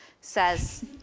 says